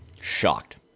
shocked